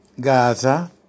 Gaza